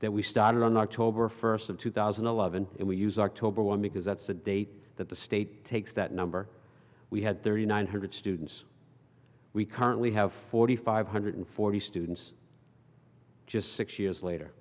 that we started on october first of two thousand and eleven and we use our tobar one because that's the date that the state takes that number we had thirty nine hundred students we currently have forty five hundred forty students just six years later